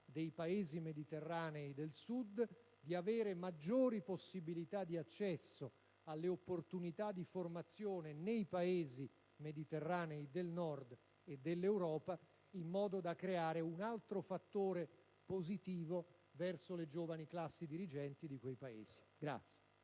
dei Paesi mediterranei del Sud maggiori possibilità di accesso alle opportunità di formazione nei Paesi mediterranei del Nord e dell'Europa, al fine di creare un altro fattore positivo per le giovani classi dirigenti di quei Paesi.